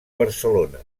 barcelona